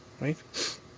right